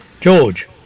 George